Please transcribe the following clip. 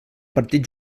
partit